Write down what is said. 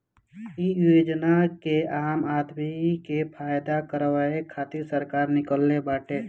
इ योजना के आम आदमी के फायदा करावे खातिर सरकार निकलले बाटे